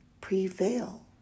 prevail